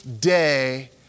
day